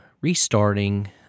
restarting